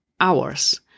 hours